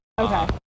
okay